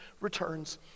returns